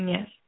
Yes